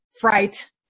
fright